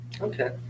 Okay